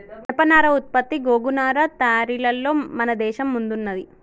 జనపనార ఉత్పత్తి గోగు నారా తయారీలలో మన దేశం ముందున్నది